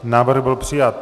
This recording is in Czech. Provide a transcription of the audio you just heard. Návrh byl přijat.